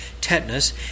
tetanus